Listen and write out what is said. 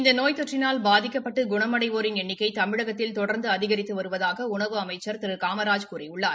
இந்த நோய் தொற்றினால் பாதிக்கப்பட்டு குணமடைவோரின் எண்ணிக்கை தமிழகத்தில் தொடா்ந்து அதிகரித்து வருவதாக உணவு அமைச்ச் திரு காமராஜ் கூறியுள்ளார்